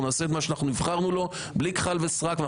נעשה את מה שנבחרנו לו בלי כחל וסרק.